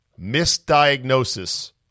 Misdiagnosis